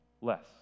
less